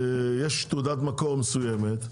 יש תעודת מקור מסוימת,